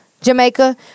Jamaica